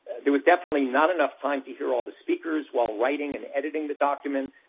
there was definitely not enough time to hear all the speakers while writing and editing the documents,